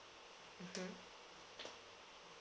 mmhmm